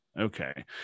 okay